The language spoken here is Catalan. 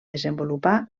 desenvolupar